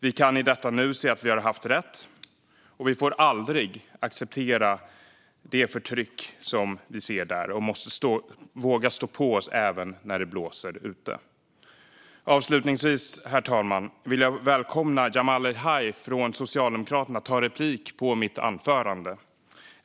Vi kan i detta nu se att vi har haft rätt, och vi får aldrig acceptera det förtryck som syns där. Vi måste våga stå på oss även när det blåser. Herr talman! Jag välkomnar Jamal El-Haj från Socialdemokraterna att begära replik på mitt anförande.